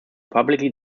publicly